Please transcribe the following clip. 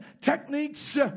techniques